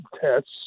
tests